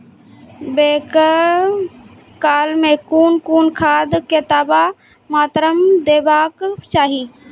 बौगक काल मे कून कून खाद केतबा मात्राम देबाक चाही?